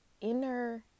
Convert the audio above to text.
inner